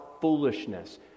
foolishness